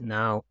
now